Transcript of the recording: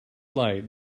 light